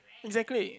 exactly